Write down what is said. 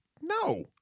No